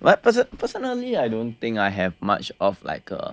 but personally I don't think I have much of like uh